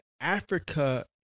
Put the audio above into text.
Africa